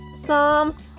Psalms